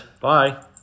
Bye